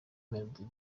melodie